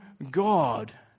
God